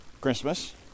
Christmas